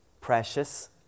precious